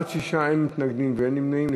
בעד, 6, אין מתנגדים ואין נמנעים.